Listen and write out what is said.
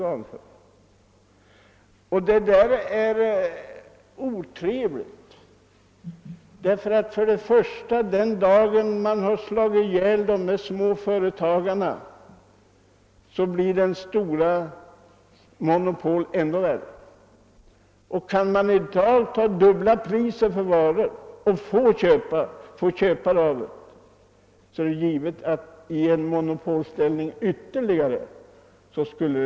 Sådana förhållanden är otrevliga, ty den dag då man har tagit död på småföretagarna blir monopolet ännu värre. Kan dessa stora företag i dag begära det dubbla priset för varorna och få köpare skulle en skärpt monopolställning medföra ytterligare höjda priser.